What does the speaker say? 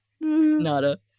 Nada